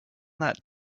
that